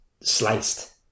sliced